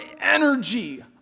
energy